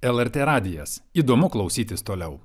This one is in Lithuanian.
lrt radijas įdomu klausytis toliau